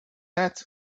death